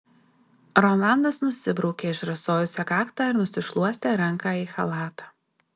rolandas nusibraukė išrasojusią kaktą ir nusišluostė ranką į chalatą